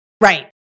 Right